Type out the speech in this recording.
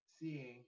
seeing